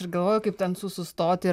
ir galvoju kaip ten su sustoti ir